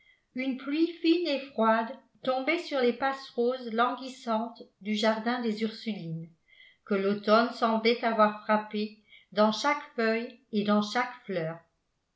une pluie fine et froide tombait sur les passe roses languissantes du jardin des ursulines que l'automne semblait avoir frappé dans chaque feuille et dans chaque fleur